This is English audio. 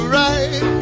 right